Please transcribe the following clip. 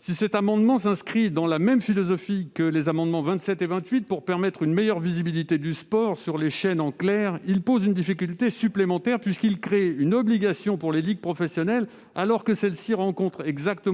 Si l'amendement n° 29 s'inscrit dans la même philosophie que les amendements n 27 rectifié et 28 rectifié, celle de permettre une meilleure visibilité du sport sur les chaînes en clair, il pose une difficulté supplémentaire, puisqu'il tend à créer une obligation pour les ligues professionnelles, alors que celles-ci rencontrent